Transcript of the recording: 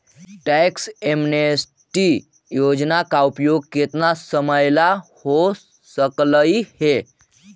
tax amnesty योजना का उपयोग केतना समयला हो सकलई हे